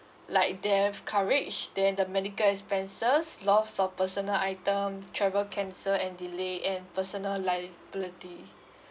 like death coverage then the medical expenses loss of personal item travel cancelled and delay and personal liability